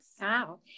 Wow